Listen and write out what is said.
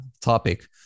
topic